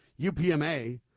UPMA